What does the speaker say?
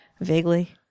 Vaguely